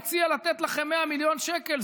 לתת לכם 100 מיליון שקלים,